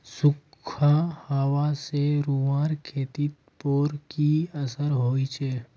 सुखखा हाबा से रूआँर खेतीर पोर की असर होचए?